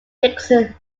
dickson